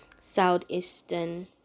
southeastern